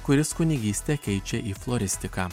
kuris kunigystę keičia į floristiką